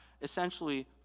essentially